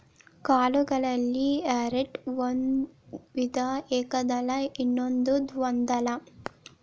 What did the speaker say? ಕಾಳುಗಳಲ್ಲಿ ಎರ್ಡ್ ಒಂದು ವಿಧ ಏಕದಳ ಇನ್ನೊಂದು ದ್ವೇದಳ